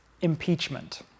impeachment